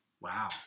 Wow